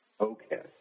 Okay